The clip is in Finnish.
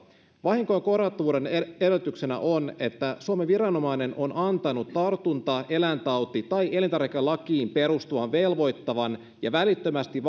vahinkojen korvattavuuden edellytyksenä on että suomen viranomainen on antanut tartunta eläintauti tai elintarvikelakiin perustuvan velvoittavan ja välittömästi